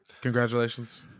Congratulations